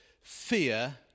fear